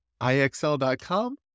IXL.com